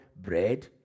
bread